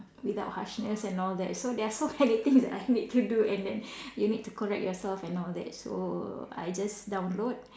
without harshness and all that so there are so many things that I need to do and then you need to correct yourself and all that so I just download